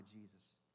Jesus